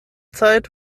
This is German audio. zeit